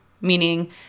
meaning